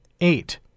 eight